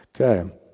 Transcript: Okay